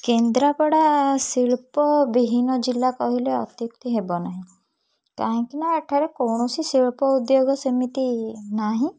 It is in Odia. କେନ୍ଦ୍ରାପଡ଼ା ଶିଳ୍ପ ବିହିନ ଜିଲ୍ଲା କହିଲେ ଅତ୍ୟୁକ୍ତି ହେବ ନାହିଁ କାହିଁକି ନା ଏଠାରେ କୌଣସି ଶିଳ୍ପ ଉଦ୍ୟୋଗ ସେମିତି ନାହିଁ